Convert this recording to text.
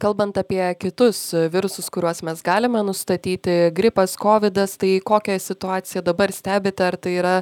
kalbant apie kitus virusus kuriuos mes galime nustatyti gripas kovidas tai kokią situaciją dabar stebite ar tai yra